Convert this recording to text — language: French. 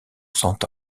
cent